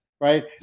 right